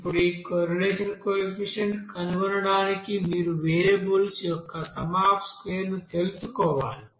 ఇప్పుడు ఈ correlation coefficient కనుగొనడానికి మీరు వేరియబుల్స్ యొక్క సమ్ అఫ్ స్క్వేర్ ను తెలుసుకోవాలి